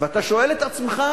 ואתה שואל את עצמך: